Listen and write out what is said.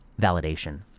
validation